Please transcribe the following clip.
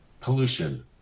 pollution